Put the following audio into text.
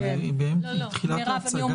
אבל היא בתחילת ההצגה.